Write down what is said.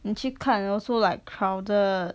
你去看 also like crowded